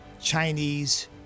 Chinese